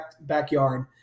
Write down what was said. backyard